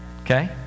Okay